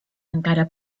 encara